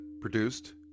produced